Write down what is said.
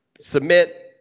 submit